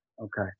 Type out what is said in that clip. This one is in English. Okay